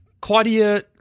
Claudia